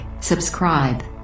subscribe